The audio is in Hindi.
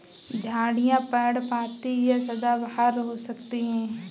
झाड़ियाँ पर्णपाती या सदाबहार हो सकती हैं